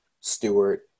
Stewart